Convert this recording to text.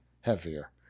heavier